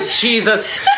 Jesus